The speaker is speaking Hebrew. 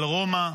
על רומא,